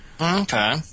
Okay